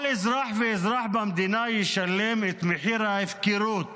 כל אזרח ואזרח במדינה ישלם את מחיר ההפקרות